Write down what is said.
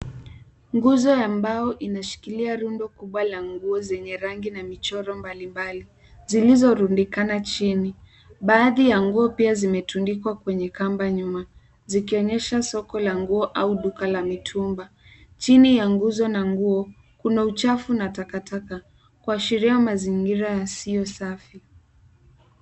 Nguzo ya mbao imeshikilia rundo kubwa la nguo zenye rangi na michoro mbalimbali zilizorundikana chini. Baadhi ya nguo pia zimetundikwa kwenye kamba nyuma, zikionyesha soko la nguo au duka la mitumba. Chini ya nguzo na nguo, kuna uchafu na takataka kuashiria mazingira yasiyo safi.